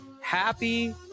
Happy